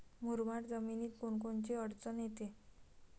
मुरमाड जमीनीत कोनकोनची अडचन येते?